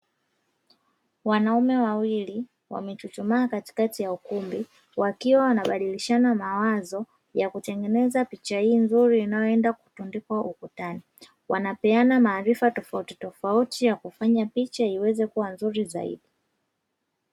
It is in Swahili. Wanaume wawili wamechuchumaa katikati ya ukumbi, wakiwa wanabadilishana mawazo ya kutengeneza picha hii nzuri inayoenda kutundikwa ukutani. Wanapeana maarifa tofautitofauti ya kufanya picha iwe nzuri zaidi.